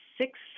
six